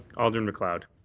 alderman macleod.